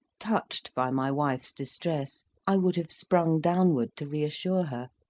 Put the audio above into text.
touched by my wife's distress, i would have sprung downward to reassure her,